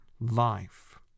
life